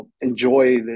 enjoy